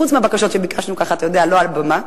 חוץ מהבקשות שביקשנו לא על הבמה,